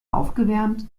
aufgewärmt